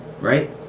right